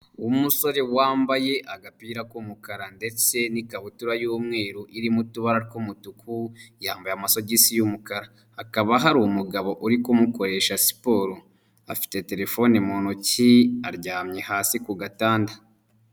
Umusore wambaye agapira k'umukara ndetse n'ikabutura y'umweru irimo utubara tw'umutuku, yambaye amasogisi y'umukara hakaba hari umugabo uri kumukoresha siporo, afite telefone mu ntoki aryamye hasi ku gatanda.